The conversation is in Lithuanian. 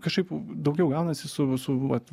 kažkaip daugiau gaunasi su su vat